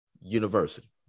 University